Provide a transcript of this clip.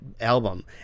album